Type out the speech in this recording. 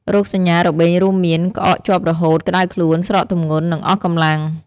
រោគសញ្ញារបេងរួមមាន ក្អកជាប់រហូត ក្តៅខ្លួន ស្រកទម្ងន់ និងអស់កម្លាំង។